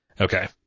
okay